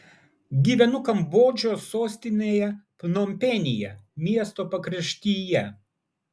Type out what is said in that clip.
gyvenu kambodžos sostinėje pnompenyje miesto pakraštyje